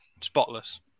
spotless